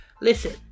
Listen